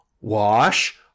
Wash